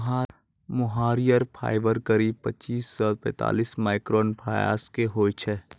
मोहायिर fibre करीब पच्चीस सॅ पैतालिस माइक्रोन व्यास के होय छै